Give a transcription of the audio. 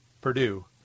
Purdue